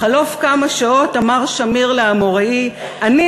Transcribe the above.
בחלוף כמה שעות אמר שמיר לאמוראי: אני